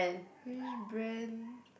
which brand